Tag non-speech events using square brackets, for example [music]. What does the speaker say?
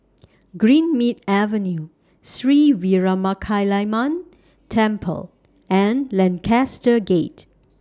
[noise] Greenmead Avenue Sri Veeramakaliamman Temple and Lancaster Gate